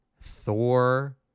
Thor